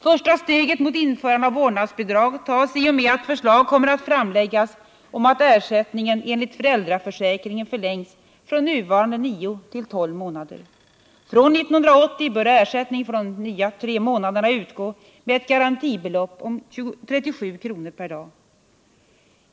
Första steget mot införande av vårdnadsbidrag tas i och med att förslag kommer att framläggas om att ersättningen enligt föräldraförsäkringen förlängs från nuvarande nio till tolv månader. Från 1980 bör ersättning för de nya tre månaderna utgå med ett garantibelopp om 37 kr. per dag.